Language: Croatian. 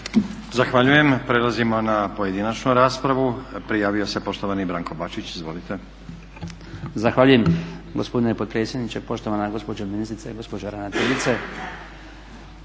Zahvaljujem. Prelazimo na pojedinačnu raspravu. Prijavio se poštovani Branko Bačić. Izvolite. **Bačić, Branko (HDZ)** Zahvaljujem gospodine potpredsjedniče, poštovana gospođo ministrice, gospođo ravnateljice.